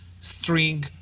string